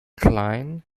cline